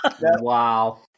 Wow